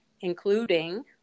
including